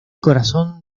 corazón